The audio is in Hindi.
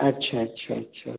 अच्छा अच्छा अच्छा